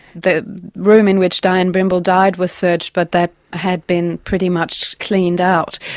the room in which dianne brimble died was searched, but that had been pretty much cleaned out.